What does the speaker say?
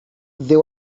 they